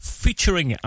featuring